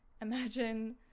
Imagine